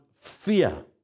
fear